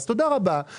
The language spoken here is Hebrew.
אז תודה רבה,